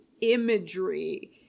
imagery